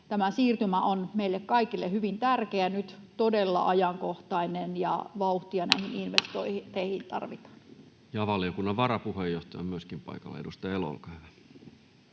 tämä siirtymä on meille kaikille hyvin tärkeä, nyt todella ajankohtainen, ja vauhtia näihin investointeihin tarvitaan. Ja valiokunnan varapuheenjohtaja on myöskin paikalla. — Edustaja Elo, olkaa hyvä.